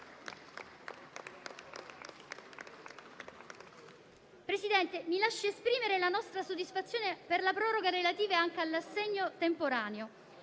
Presidente, mi lasci esprimere la nostra soddisfazione per la proroga relativa anche all'assegno temporaneo.